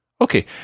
Okay